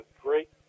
great